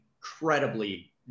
incredibly